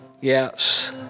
Yes